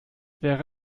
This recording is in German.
wäre